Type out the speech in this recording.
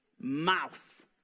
mouth